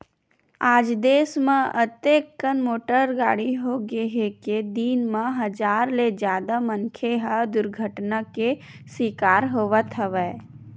आज देस म अतेकन मोटर गाड़ी होगे हे के दिन म हजार ले जादा मनखे ह दुरघटना के सिकार होवत हवय